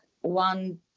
one